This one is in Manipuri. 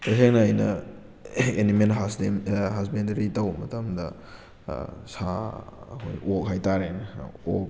ꯇꯁꯦꯡꯅ ꯑꯩꯅ ꯑꯦꯅꯤꯃꯦꯜ ꯍꯖꯕꯦꯟꯗꯔꯤ ꯇꯧꯕ ꯃꯇꯝꯗ ꯁꯥ ꯑꯩꯈꯣꯏ ꯑꯣꯛ ꯍꯥꯏꯇꯥꯔꯦꯅꯦ ꯑꯣꯛ